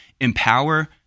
empower